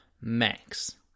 max